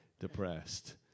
depressed